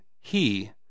He